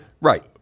Right